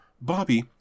Bobby